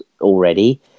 already